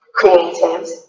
creatives